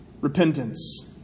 repentance